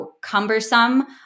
cumbersome